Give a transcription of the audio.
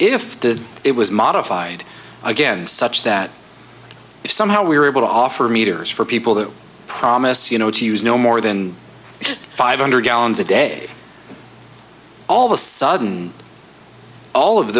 the it was modified again such that if somehow we were able to offer meters for people that promise you know to use no more than five hundred gallons a day all of a sudden all of